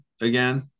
again